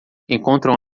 encontram